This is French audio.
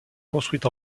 construite